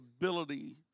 ability